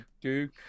Duke